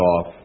off